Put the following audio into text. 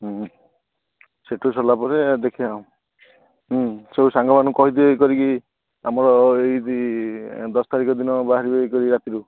ହଁ ସେଇଠୁ ସରିଲା ପରେ ଦେଖିବା ଆଉ ସବୁ ସାଙ୍ଗମାନଙ୍କୁ କହିଦିଏ କରିକି ଆମର ଏଇ ଦଶ ତାରିଖ ଦିନ ବାହାରିବେ ଏଇ ରାତିରୁ